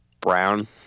brown